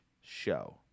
show